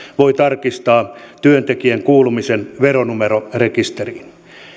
voi tarkistaa työntekijän kuulumisen veronumerorekisteriin